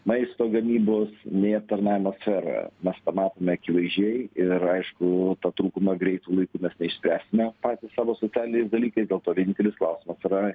maisto gamybos nei aptarnavimo sferoje pamatome akivaizdžiai ir aišku tą trūkumą greitu laiku mes neišspręsime patys savo socialiniais dalykais dėl to vienintelis klausimas yra